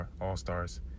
all-stars